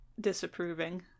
disapproving